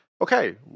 okay